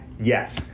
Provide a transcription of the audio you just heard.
Yes